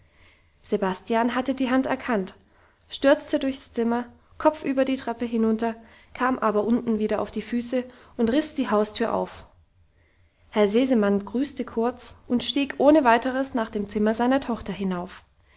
sebastian hatte die hand erkannt stürzte durchs zimmer kopfüber die treppe hinunter kam aber unten wieder auf die füße und riss die haustür auf herr sesemann grüßte kurz und stieg ohne weiteres nach dem zimmer seiner tochter hinauf